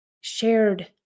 shared